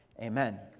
Amen